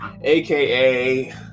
AKA